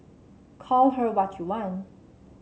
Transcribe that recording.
call her what you want